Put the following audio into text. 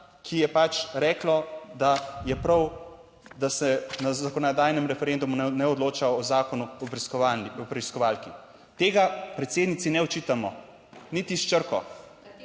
ki je pač reklo, da je prav, da se na zakonodajnem referendumu ne odloča o Zakonu o preiskovalki. Tega predsednici ne očitamo niti s črko.